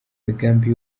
imigambi